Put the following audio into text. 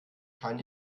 kein